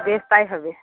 বেশ তাই হবে